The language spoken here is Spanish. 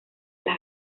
las